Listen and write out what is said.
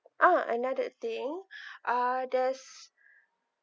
ah another thing uh there's